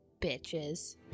bitches